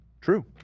True